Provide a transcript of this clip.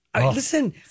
Listen